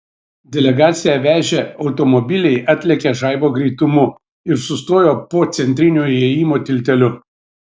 delegaciją vežę automobiliai atlėkė žaibo greitumu ir sustojo po centrinio įėjimo tilteliu